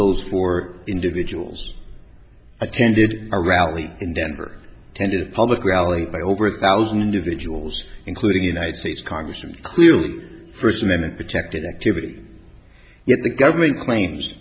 those four individuals attended a rally in denver attended a public rally by over a thousand individuals including united states congress and clearly first amendment protected activity yet the government claims